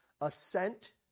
assent